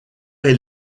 est